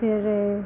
फिर